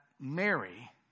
Mary